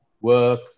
work